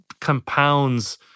compounds